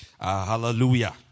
Hallelujah